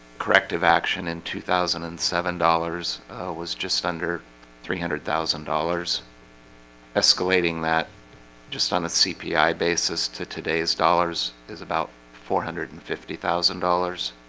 corrective action in two thousand and seven dollars was just under three hundred thousand dollars escalating that just on a cpi basis to today's dollars is about four hundred and fifty thousand dollars